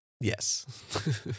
Yes